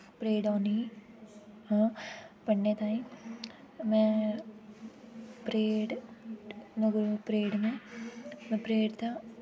नगरोटे तो परेड ओने 'ई आं पढ़ने ताईं परेड परेड दा